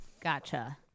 Gotcha